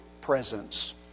presence